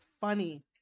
funny